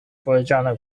powiedziane